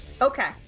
Okay